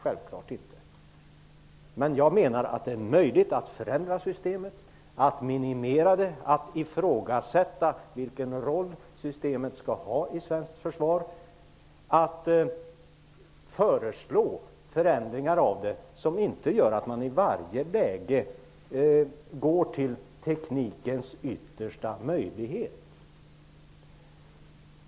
Jag menar dock att det är möjligt att förändra systemet, minimera det, ifrågasätta vilken roll det skall ha i svenskt försvar och föreslå förändringar i det som gör att man inte i varje läge går till teknikens yttersta möjligheter.